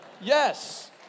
Yes